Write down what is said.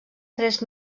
tres